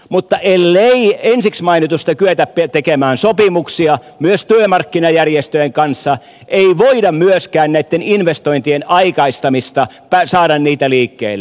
mutta ellei ensiksi mainitusta kyetä tekemään sopimuksia myös työmarkkinajärjestöjen kanssa ei voida myöskään näitten investointien aikaistamista saada liikkeelle